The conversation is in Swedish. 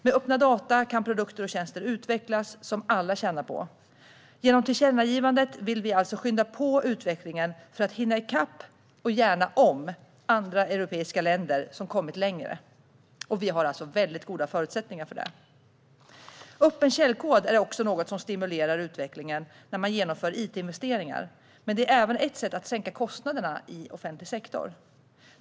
Med öppna data kan produkter och tjänster utvecklas - som alla tjänar på. Genom tillkännagivandet vill vi alltså skynda på utvecklingen för att hinna ikapp, och gärna gå om, andra europeiska länder som har kommit längre. Vi har väldigt goda förutsättningar för det. Öppen källkod är också något som stimulerar utvecklingen när man genomför it-investeringar. Men det är även ett sätt att sänka kostnaderna i offentlig sektor.